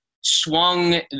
swung